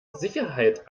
sicherheit